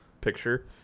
picture